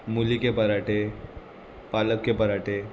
मुली के पराठे पालक के पराठे